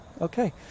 okay